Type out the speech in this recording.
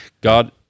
God